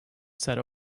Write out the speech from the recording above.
said